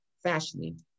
fashioning